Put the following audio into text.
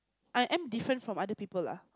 I am different from other people ah